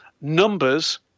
Numbers